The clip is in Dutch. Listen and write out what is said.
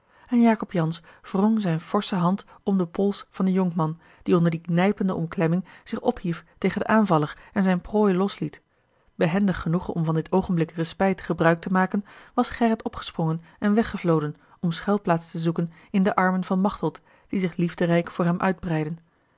jacob jansz wrong zijn forsche hand om den pols van den jonkman die onder die nijpende omklemming zich ophief tegen den aanvaller en zijne prooi losliet behendig genoeg om van dit oogenblik respijt a l g bosboom-toussaint de spijt gebruik te maken was gerrit opgesprongen en weggevloden om schuilplaats te zoeken in de armen van machteld die zich liefderijk voor hem uitbreidden